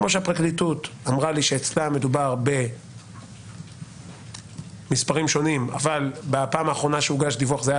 כמו שהפרקליטות אמרה לי שבפעם האחרונה שהוגש דיווח זה היה